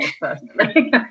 personally